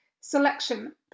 selection